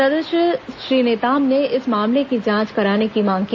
सदस्य श्री नेताम ने इस मामले की जांच कराने की मांग की